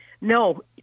No